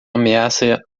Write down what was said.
ameaça